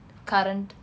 current